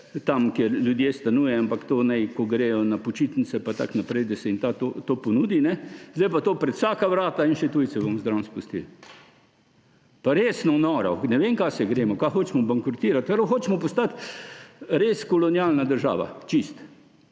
tam, kjer ljudje stanujejo, ampak to naj bo tam, kamor gredo na počitnice pa tako naprej, da se jim to ponudi. Sedaj pa to pred vsaka vrata in še tujce bomo zraven spustili. Res noro, ne vem, kaj se gremo. Kaj hočemo bankrotirati?! Hočemo postati res kolonialna država, čisto,